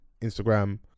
Instagram